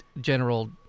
General